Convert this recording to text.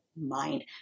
mind